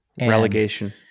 Relegation